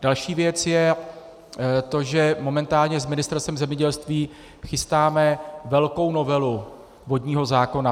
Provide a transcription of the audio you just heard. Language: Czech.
Další věc je to, že momentálně s Ministerstvem zemědělství chystáme velkou novelu vodního zákona.